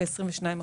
כ-22%.